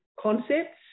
concepts